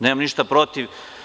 Nemam ništa protiv.